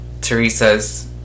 Teresa's